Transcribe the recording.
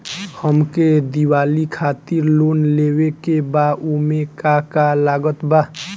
हमके दिवाली खातिर लोन लेवे के बा ओमे का का लागत बा?